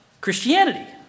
Christianity